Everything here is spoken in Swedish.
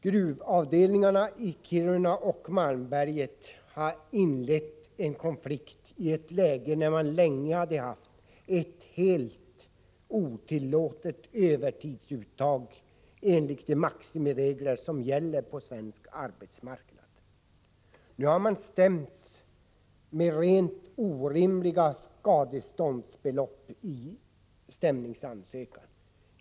Gruvavdelningarna i Kiruna och Malmberget inledde en konflikt i ett läge när man länge hade haft ett helt otillåtet övertidsuttag enligt de maximiregler som gäller på svensk arbetsmarknad. Nu har man stämts med rent orimliga skadeståndskrav i stämningsansökan.